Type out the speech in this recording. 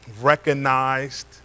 recognized